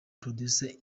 producer